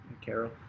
Carol